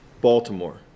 Baltimore